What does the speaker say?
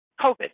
COVID